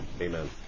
Amen